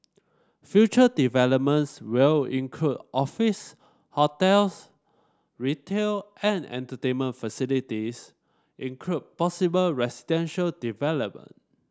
future developments will include office hotels retail and entertainment facilities include possible residential development